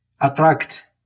attract